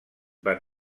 van